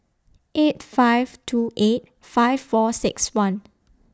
eight five two eight five four six one